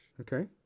Okay